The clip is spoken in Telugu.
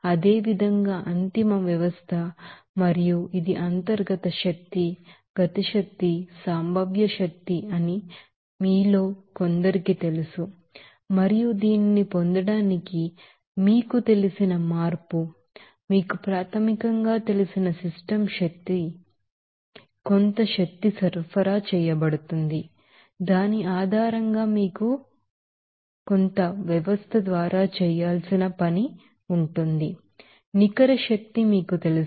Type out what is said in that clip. అదేవిధంగా అంతిమ వ్యవస్థ మరియు ఇది ఇంటర్నల్ ఎనర్జీ కైనెటిక్ ఎనెర్జి మరియు పొటెన్షియల్ ఎనెర్జి అని మీలో కొందరికి తెలుసు మరియు దీనిని పొందడానికి మీకు తెలిసిన మార్పు మీకు ప్రాథమికంగా తెలిసిన సిస్టమ్ ఎనెర్జి తెలుసు కొంత ఎనెర్జి సరఫరా చేయబడుతుంది మరియు దాని ఆధారంగా మీరు కొంత ఉంటుంది వ్యవస్థ ద్వారా చేయాల్సిన వర్క్ మీకు తెలుసు